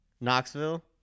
Knoxville